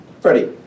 Freddie